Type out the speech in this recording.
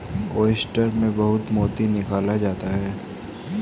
oyster से बहुत मोती निकाला जाता है